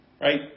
right